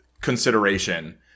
consideration